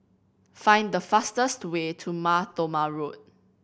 find the fastest way to Mar Thoma Road